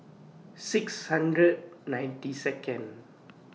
six hundred ninety Second